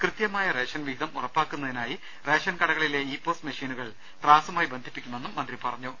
കൃത്യമായ റേഷൻ വിഹിതം ഉറപ്പാക്കുന്നതിനായി റേഷൻ കടകളിലെ ഇ പോസ് മെഷീനുകൾ ത്രാസുമായി ബന്ധിപ്പിക്കുമെന്നും മന്ത്രി പറഞ്ഞു